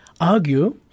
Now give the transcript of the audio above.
argue